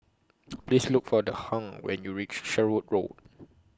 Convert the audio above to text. Please Look For The Hung when YOU REACH Sherwood Road